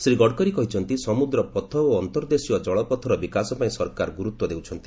ଶ୍ରୀ ଗଡ଼କରୀ କହିଛନ୍ତି ସମୁଦ୍ର ପଥ ଓ ଅନ୍ତର୍ଦ୍ଦେଶୀୟ ଜଳ ପଥର ବିକାଶ ପାଇଁ ସରକାର ଗୁରୁତ୍ୱ ଦେଉଛନ୍ତି